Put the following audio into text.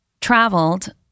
traveled